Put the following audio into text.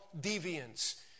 deviance